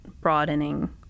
broadening